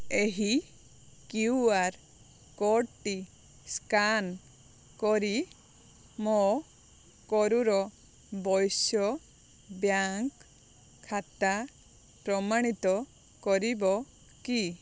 ଏହି କ୍ୟୁଆର କୋଡ଼ଟି ସ୍କାନ କରି ମୋ କରୂର ବୈଶ୍ୟ ବ୍ୟାଙ୍କ୍ ଖାତା ପ୍ରମାଣିତ କରିବ କି